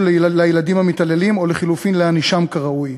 לילדים המתעללים או לחלופין להענישם כראוי.